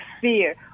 fear